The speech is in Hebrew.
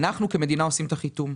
פה אנחנו כמדינה עושים את החיתום,